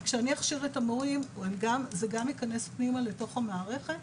זה גם ייכנס פנימה לתוך המערכת.